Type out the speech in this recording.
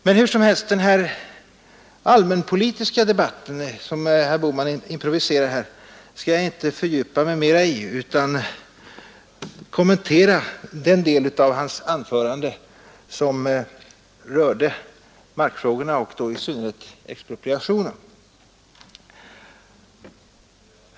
Men hur som helst, den allmänpolitiska debatt som herr Bohman improviserade här skall jag inte fördjupa mig i mera utan endast kommentera den del av hans anförande som rörde markfrågorna och då i synnerhet expropriationen.